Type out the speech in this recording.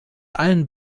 allen